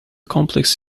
complex